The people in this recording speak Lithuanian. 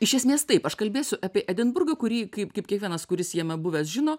iš esmės taip aš kalbėsiu apie edinburgą kurį kaip kaip kiekvienas kuris jame buvęs žino